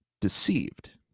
deceived